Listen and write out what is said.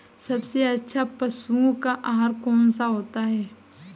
सबसे अच्छा पशुओं का आहार कौन सा होता है?